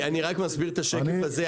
אני רק מסביר את השקף הזה,